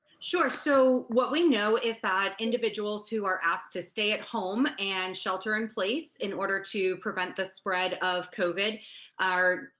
sure so what we know is that individuals who are asked to stay at home and shelter in place in order to prevent the spread of covid are,